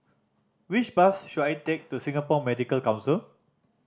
which bus should I take to Singapore Medical Council